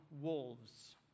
wolves